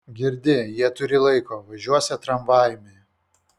girdi jie turį laiko važiuosią tramvajumi